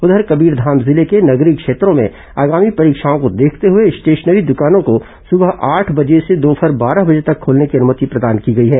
उधर कबीरधाम जिले के नगरीय क्षेत्रों में आगामी परीक्षाओं को देखते हुए स्टेशनरी दुकानों को सुबह आठ बजे से दोपहर बारह बजे तक खोलने की अनमति प्रदान की गई है